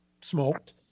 smoked